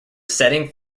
setting